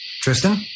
Tristan